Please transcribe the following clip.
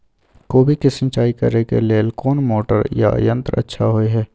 कोबी के सिंचाई करे के लेल कोन मोटर या यंत्र अच्छा होय है?